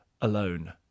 alone